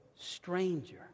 stranger